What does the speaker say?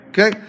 Okay